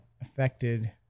affected